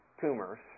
tumors